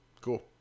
Cool